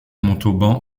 montauban